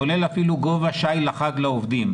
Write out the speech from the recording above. אפילו כולל גובה שי לחג לעובדים.